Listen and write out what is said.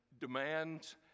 demands